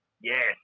Yes